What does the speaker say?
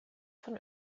von